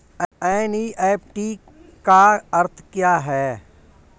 NEFT का अर्थ क्या है?